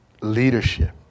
leadership